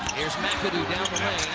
here's mcadoo down